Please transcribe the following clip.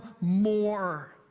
more